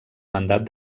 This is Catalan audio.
mandat